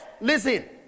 listen